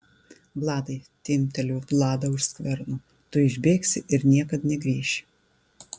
vladai timpteliu vladą už skverno tu išbėgsi ir niekad negrįši